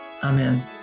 Amen